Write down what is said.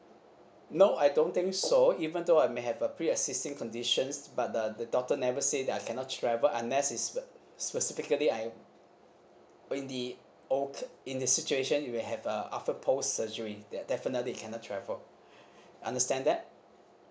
no I don't think so even though I may have a pre-existing conditions but the the doctor never say that I cannot travel unless is spe~ specifically I in the old in the situation it will have a after post surgery that definitely cannot travel understand that